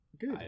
Good